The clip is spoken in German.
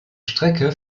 strecke